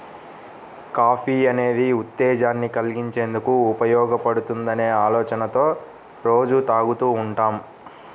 coffee అనేది ఉత్తేజాన్ని కల్గించేందుకు ఉపయోగపడుతుందనే ఆలోచనతో రోజూ తాగుతూ ఉంటాం